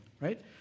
right